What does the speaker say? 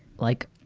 like,